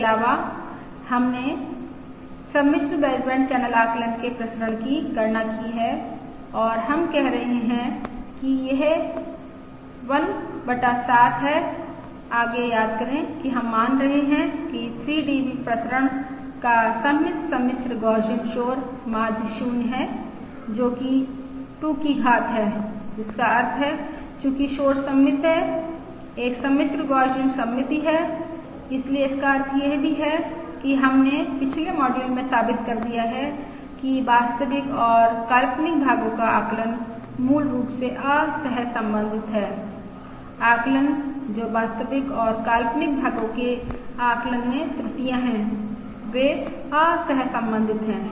इसके अलावा इसलिए हमने सम्मिश्र बेसबैंड चैनल आकलन के प्रसरण की गणना की है और हम कह रहे हैं कि यह 1 बटा 7 है आगे याद करें कि हम मान रहे हैं कि 3 dB प्रसरण का सममित सम्मिश्र गौसियन शोर माध्य 0 है जो कि 2 की घात है जिसका अर्थ है चूंकि शोर सममित है एक सम्मिश्र गौसियन सममिति है इसलिए इसका अर्थ यह भी है कि हमने पिछले मॉड्यूल में साबित कर दिया है कि वास्तविक और काल्पनिक भागों का आकलन मूल रूप से असहसंबंधित है आकलन जो वास्तविक और काल्पनिक भागों के आकलन में त्रुटियां हैं वे असहसंबंधित हैं